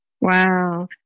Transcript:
Wow